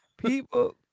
People